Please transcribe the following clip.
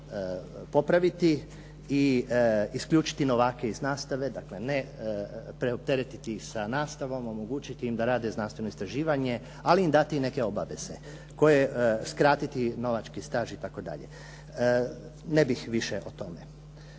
popraviti i isključiti novake iz nastavke, dakle ne preopteretiti ih sa nastavom, omogućiti im da rade znanstveno istraživanje ali im dati i neke obaveze koje skratiti novački staž itd. Ne bih više o tome.